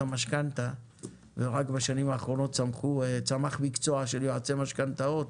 המשכנתא ורק בשנים האחרונות צמח מקצוע של יועצי משכנתאות